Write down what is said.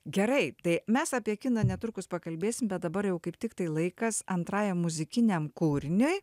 gerai tai mes apie kiną netrukus pakalbėsim bet dabar jau kaip tiktai laikas antrajam muzikiniam kūriniui